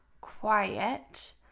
quiet